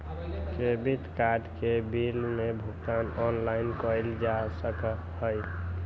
credit card के bill के भुगतान ऑनलाइन कइल जा सका हई